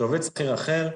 שעובד שכיר אחר,